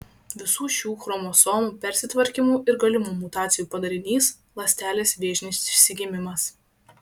visų šių chromosomų persitvarkymų ir galimų mutacijų padarinys ląstelės vėžinis išsigimimas